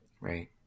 right